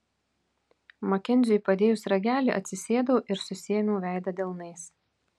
makenziui padėjus ragelį atsisėdau ir susiėmiau veidą delnais